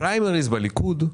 פריימריז בליכוד הם